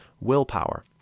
willpower